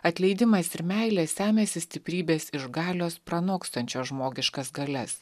atleidimais ir meilė semiasi stiprybės iš galios pranokstančios žmogiškas galias